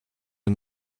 are